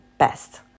best